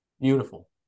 beautiful